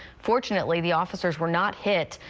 fortunately, the officers were not hit.